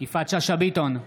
יפעת שאשא ביטון,